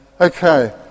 Okay